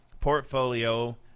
portfolio